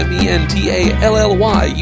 Mentally